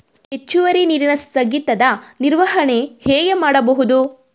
ಹೆಚ್ಚುವರಿ ನೀರಿನ ಸ್ಥಗಿತದ ನಿರ್ವಹಣೆ ಹೇಗೆ ಮಾಡಬಹುದು?